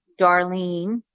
Darlene